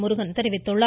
முருகன் தெரிவித்துள்ளார்